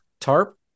tarp